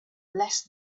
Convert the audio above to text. less